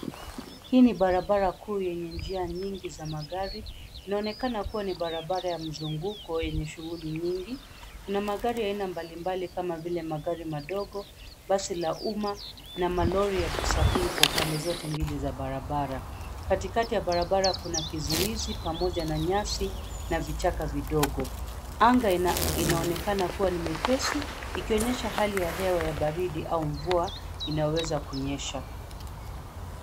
Hii ni barabara kuu yenye njia nyingi za magari, inaonekana kuwa ni barabara ya mzunguko yenye shughuli nyingi. Kuna magari aina mbalimbali kama vile magari madogo, basi la umma, na malori yakisafiri kwa upande zote mbili za barabara. Katikati ya barabara kuna kizuizi pamoja na nyasi, na vichaka vidogo. Anga, inaonekana kuwa ni mepesi, ikionyesha hali ya hewa ya baridi au mvua, inaweza kunyesha.